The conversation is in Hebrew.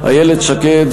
איילת שקד,